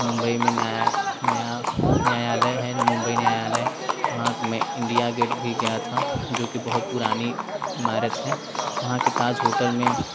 मुंबई में न्याया न्यायालय है मुंबई न्यायालय वहाँ मैं इंडिया गेट भी गया था जो कि बहुत पुरानी इमारत है वहाँ के ताज होटल में